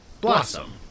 Blossom